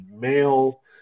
male